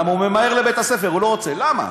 הרי הוא ממהר לבית-הספר, הוא לא רוצה, למה?